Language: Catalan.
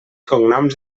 cognoms